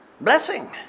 blessing